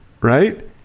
Right